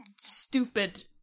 stupid